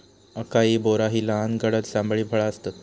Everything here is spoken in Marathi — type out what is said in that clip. अकाई बोरा ही लहान गडद जांभळी फळा आसतत